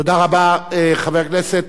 תודה רבה, חבר הכנסת.